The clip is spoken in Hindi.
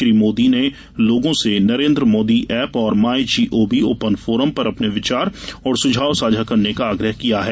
श्री मोदी ने लोगों से नरेन्द्र मोदी एप और माईजीओवी ओपन फोरम पर अपने विचार और सुझाव साझा करने का आग्रह किया है